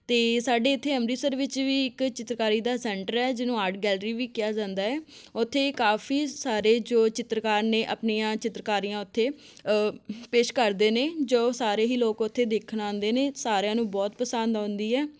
ਅਤੇ ਸਾਡੇ ਇੱਥੇ ਅੰਮ੍ਰਿਤਸਰ ਵਿੱਚ ਵੀ ਇੱਕ ਚਿੱਤਰਕਾਰੀ ਦਾ ਸੈਂਟਰ ਹੈ ਜਿਹਨੂੰ ਆਰਟ ਕੈਲਰੀ ਵੀ ਕਿਹਾ ਜਾਂਦਾ ਹੈ ਉੱਥੇ ਕਾਫੀ ਸਾਰੇ ਜੋ ਚਿੱਤਰਕਾਰੀ ਨੇ ਆਪਣੀਆਂ ਚਿੱਤਰਕਾਰੀਆਂ ਉੱਥੇ ਅ ਪੇਸ਼ ਕਰਦੇ ਨੇ ਜੋ ਸਾਰੇ ਹੀ ਲੋਕ ਉੱਥੇ ਦੇਖਣ ਆਉਂਦੇ ਨੇ ਸਾਰਿਆਂ ਨੂੰ ਬਹੁਤ ਪਸੰਦ ਆਉਂਦੀ ਹੈ